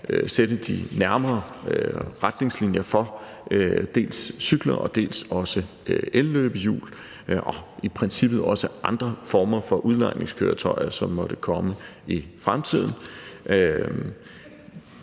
sætte de nærmere retningslinjer for dels cykler, dels elløbehjul og i princippet også andre former for udlejningskøretøjer, som måtte komme i fremtiden.